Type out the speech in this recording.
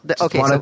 okay